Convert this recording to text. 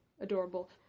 adorable